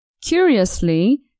Curiously